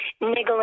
niggling